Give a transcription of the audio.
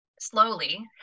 slowly